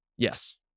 Yes